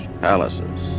palaces